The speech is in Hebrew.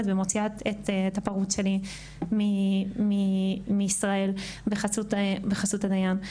ומוציאה את הפרוד שלי מישראל בחסות הדיין.